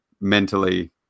mentally